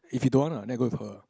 if you don't want uh then I go with her